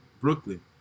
Brooklyn